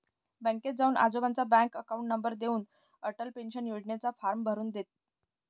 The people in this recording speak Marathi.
बँकेत जाऊन आजोबांचा बँक अकाउंट नंबर देऊन, अटल पेन्शन योजनेचा फॉर्म भरून दे